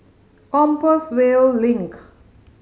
Compassvale Link